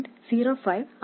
05 ആണ്